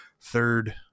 third